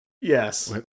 Yes